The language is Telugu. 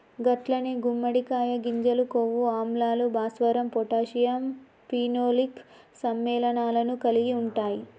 గట్లనే గుమ్మడికాయ గింజలు కొవ్వు ఆమ్లాలు, భాస్వరం పొటాషియం ఫినోలిక్ సమ్మెళనాలను కలిగి ఉంటాయి